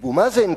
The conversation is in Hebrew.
אבו מאזן,